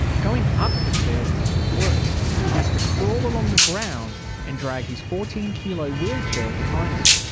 going up the stairs is worse. he has to crawl along the ground and drag his fourteen kilo wheelchair behind him.